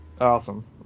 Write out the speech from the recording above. Awesome